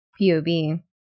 POB